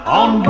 on